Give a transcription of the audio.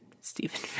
Stephen